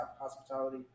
hospitality